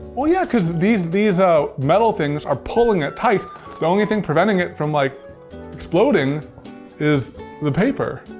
well yeah, cause these these ah metal things are pulling it tight. the only thing preventing it from like exploding is the paper.